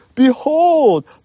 Behold